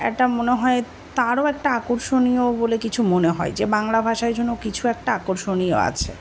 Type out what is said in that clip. একটা মনে হয় তারও একটা আকর্ষণীয় বলে কিছু মনে হয় যে বাংলা ভাষায় জন্য কিছু একটা আকর্ষণীয় আছে